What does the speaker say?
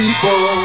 People